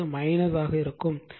எனவே அது இருக்கும்